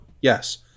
yes